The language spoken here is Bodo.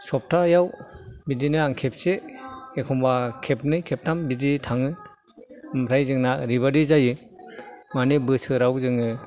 सप्तायाव बिदिनो आं खेबसे एखमबा खेबनै खेबथाम बिदि थाङो ओमफ्राय जोंना ओरैबायदि जायो माने बोसोराव जोङो